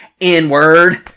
n-word